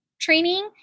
training